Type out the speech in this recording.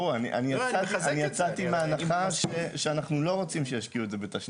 אני יצאתי מהנחה שאנחנו לא רוצים שישקיעו את זה בתשתיות.